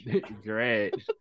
Great